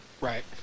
Right